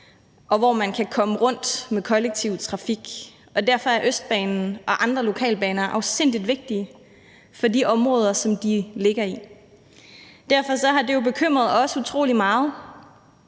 og hvor man kan komme rundt med kollektiv trafik, og derfor er Østbanen og andre lokalbaner afsindig vigtige for de områder, som de ligger i. Derfor har det jo bekymret os utrolig meget,